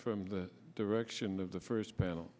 from the direction of the first panel